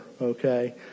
okay